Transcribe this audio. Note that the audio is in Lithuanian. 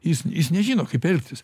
jis jis nežino kaip elgtis